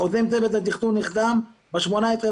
החוזה עם צוות התכנון נחתם ב-18.8.2019.